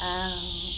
out